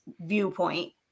viewpoint